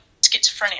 schizophrenia